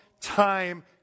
time